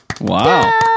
Wow